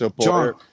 John